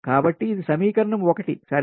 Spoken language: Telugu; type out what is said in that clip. కాబట్టి ఇది సమీకరణం 1 సరే